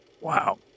wow